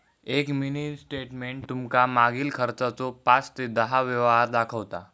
एक mini statement तुमका मागील खर्चाचो पाच ते दहा व्यवहार दाखवता